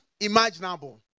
imaginable